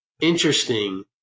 Interesting